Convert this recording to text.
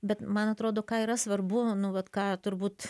bet man atrodo ką yra svarbu nu vat ką turbūt